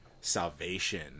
salvation